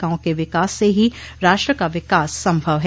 गांव के विकास से ही राष्ट्र का विकास संभव है